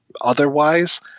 otherwise